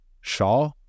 Shaw